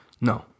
no